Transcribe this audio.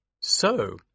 So